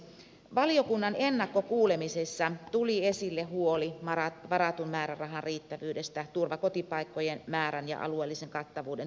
valiokunnan ennakkokuulemisessa tuli esille huoli varatun määrärahan riittävyydestä turvakotipaikkojen määrän ja alueellisen kattavuuden turvaamiseksi